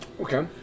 okay